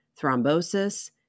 thrombosis